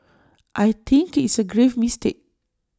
I think it's A grave mistake